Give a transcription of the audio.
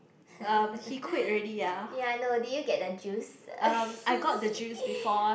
ya I know did you get the juice